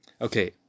Okay